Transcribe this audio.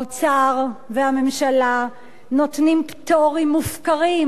האוצר והממשלה נותנים פטורים מופקרים,